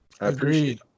Agreed